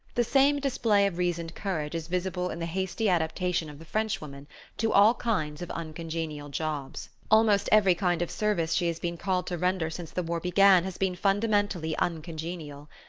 the same display of reasoned courage is visible in the hasty adaptation of the frenchwoman to all kinds of uncongenial jobs. almost every kind of service she has been called to render since the war began has been fundamentally uncongenial.